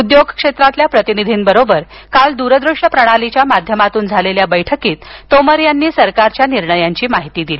उद्योग क्षेत्रातील प्रतिनिधींबरोबर काल दूरदृश्य प्रणालीच्या माध्यमातून झालेल्या बैठकीत तोमर यांनी सरकारच्या निर्णयांची माहिती दिली